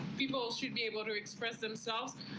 people should be able to express themselves.